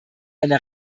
eine